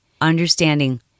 understanding